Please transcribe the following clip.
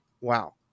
wow